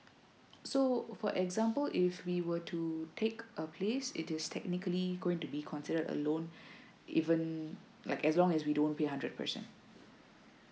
so for example if we were to take a place it is technically going to be considered a loan even like as long as we don't pay hundred percent